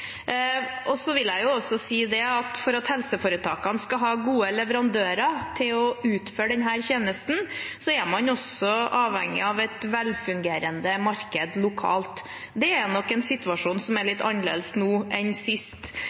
Jeg vil også si at for at helseforetakene skal ha gode leverandører til å utføre denne tjenesten, er man avhengig av et velfungerende marked lokalt. Det er nok en situasjon som er litt annerledes nå enn sist